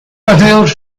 paseos